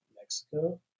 Mexico